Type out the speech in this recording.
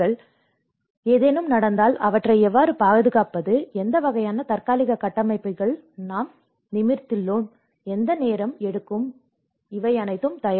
எனவே ஏதேனும் நடந்தால் அவற்றை எவ்வாறு பாதுகாப்பது எந்த வகையான தற்காலிக கட்டமைப்புகள் நாம் நிமிர்ந்துள்ளோம் எந்த நேரம் எடுக்கும் இவை அனைத்தும் தயாரிப்பு